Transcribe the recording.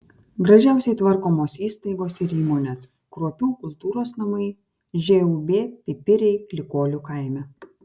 gražiausiai tvarkomos įstaigos ir įmonės kruopių kultūros namai žūb pipiriai klykolių kaime